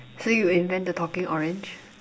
so you will invent the talking orange